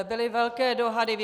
Byly velké dohady.